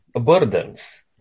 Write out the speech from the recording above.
burdens